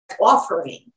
offering